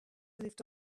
lived